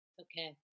Okay